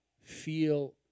feel